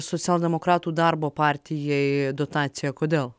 socialdemokratų darbo partijai dotaciją kodėl